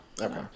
Okay